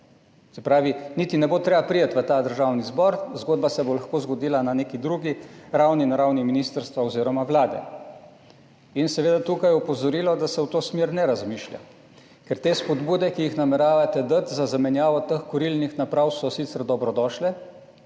Se pravi, niti ne bo treba priti v Državni zbor, zgodba se bo lahko zgodila na neki drugi ravni, na ravni ministrstva oziroma Vlade. In seveda je tukaj opozorilo, da se v to smer ne razmišlja. Ker te spodbude, ki jih nameravate dati za zamenjavo teh kurilnih naprav, so sicer dobrodošle,